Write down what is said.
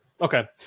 okay